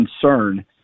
concern